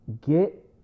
get